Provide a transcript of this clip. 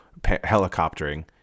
helicoptering